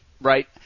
right